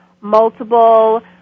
multiple